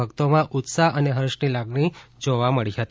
ભક્તોમાં ઉત્સાહ અને હર્ષની લાગણી જોવા મળી હતી